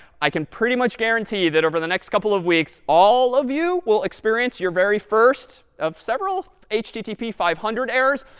i can pretty much guarantee that over the next couple of weeks, all of you will experience your very first of several http five hundred errors.